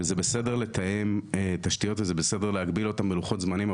וזה בסדר לתאם תשתיות וזה בסדר להגביל אותם בלוחות זמנים,